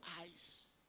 eyes